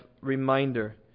reminder